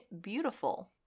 beautiful